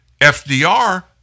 FDR